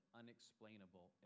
unexplainable